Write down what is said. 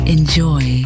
Enjoy